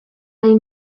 nahi